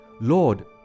Lord